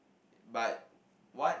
but one